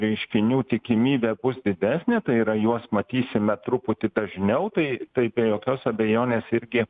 reiškinių tikimybė bus didesnė tai yra juos matysime truputį dažniau tai tai be jokios abejonės irgi